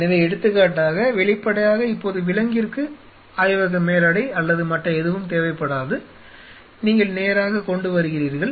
எனவே எடுத்துக்காட்டாக வெளிப்படையாக இப்போது விலங்கிற்கு ஆய்வக மேலாடை அல்லது மற்ற எதுவும் தேவைப்படாது நீங்கள் நேராக கொண்டு வருகிறீர்கள்